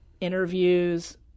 interviews